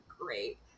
great